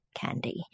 candy